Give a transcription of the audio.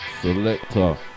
Selector